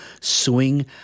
suing